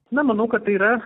na manau kad yra